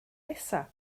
nesaf